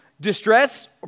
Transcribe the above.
distress